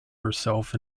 herself